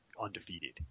undefeated